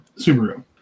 Subaru